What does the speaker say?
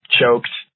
choked